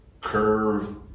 curve